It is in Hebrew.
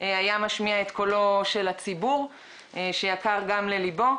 הוא היה משמיע את קולו של הציבור שיקר גם לליבו,